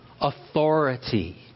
authority